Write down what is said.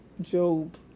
Job